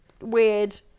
weird